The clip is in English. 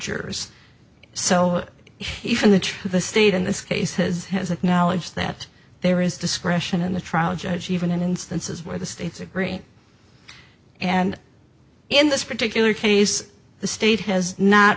jurors so if in the church the state in this case has has acknowledged that there is discretion in the trial judge even in instances where the states agree and in this particular case the state has not